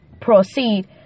proceed